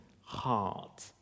heart